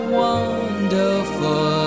wonderful